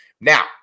Now